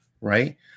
right